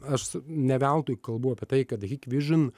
aš s ne veltui kalbu apie tai kad hikvižio